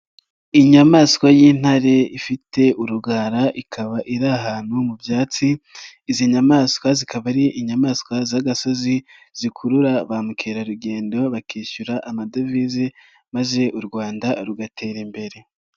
Inyamaswa y'intare ifite urugara ikaba iri ahantu mu byatsi, izi nyamaswa zikaba ari inyamaswa z'agasozi zikurura ba mukerarugendo bakishyura amadevize maze u Rwanda rugatera imbere.